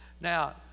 Now